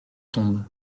tombent